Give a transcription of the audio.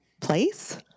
place